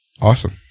Awesome